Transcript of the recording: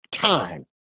Time